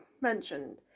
mentioned